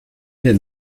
denn